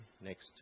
Next